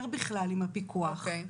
אוקיי.